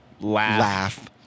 laugh